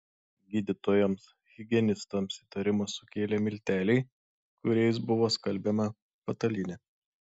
gydytojams higienistams įtarimą sukėlė milteliai kuriais buvo skalbiama patalynė